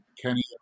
Kenny